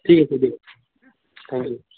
ঠিক আছে দিয়ক থেংক ইউ